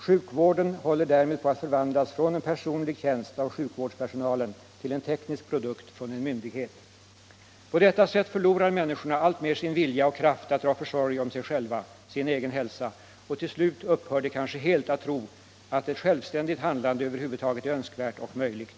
Sjukvården håller därmed på att förvandlas från en personlig tjänst av sjukvårdspersonalen till en teknisk produkt från en myndighet. På detta sätt förlorar människorna alltmer sin vilja och kraft att dra försorg om sig själva — sin egen hälsa — och till slut upphör de kanske helt att tro att ett självständigt handlande över huvud taget är önskvärt och möjligt.